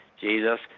Jesus